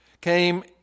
Came